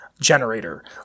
generator